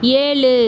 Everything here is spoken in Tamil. ஏழு